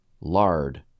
lard